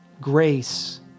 grace